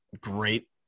great